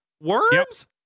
Worms